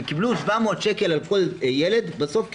וקיבלו 700 שקל על כל ילד בסוף.